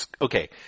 okay